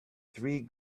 three